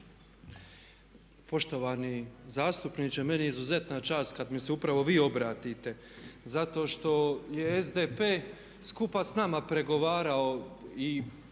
Poštovani zastupniče, meni je izuzetna čast kad mi se upravo vi obratite zato što je SDP skupa s nama pregovarao i kad